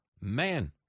Man